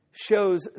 shows